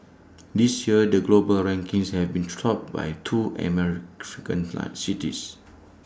this year the global rankings have been topped by two cities